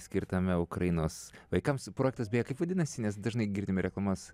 skirtame ukrainos vaikams projektas beje kaip vadinasi nes dažnai girdime reklamas